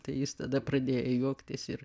tai jis tada pradėjo juoktis ir